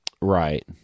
Right